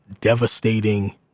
devastating